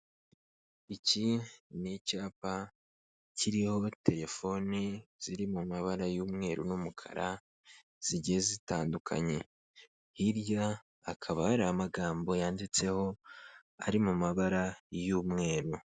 Iki ni icyapa kiriho telefoni ziri mu mabara y'umweru n'umukara zigiye zitandukanye, hirya hakaba hari amagambo yanditseho, ari mu mabara y'umweru.